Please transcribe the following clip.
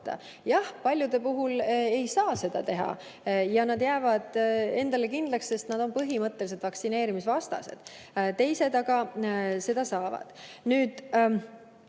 Paljude puhul ei saa seda teha ja nad jäävad endale kindlaks, sest nad on põhimõttelised vaktsineerimisvastased, teiste puhul aga saab.